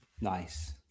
nice